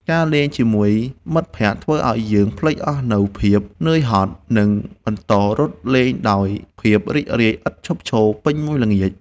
ការលេងជាមួយមិត្តភក្តិធ្វើឱ្យយើងភ្លេចអស់នូវភាពនឿយហត់ និងបន្តរត់លេងដោយភាពរីករាយឥតឈប់ឈរពេញមួយល្ងាច។